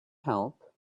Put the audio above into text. help